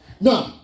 Now